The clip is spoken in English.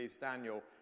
Daniel